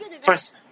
First